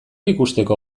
ikusteko